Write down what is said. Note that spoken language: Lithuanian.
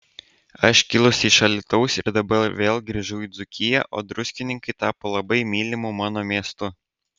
aš kilusi iš alytaus ir dabar vėl grįžau į dzūkiją o druskininkai tapo labai mylimu mano miestu